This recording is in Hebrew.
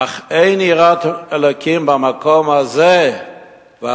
אך אין יראת אלוקים במקום הזה והרגוני.